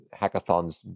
hackathons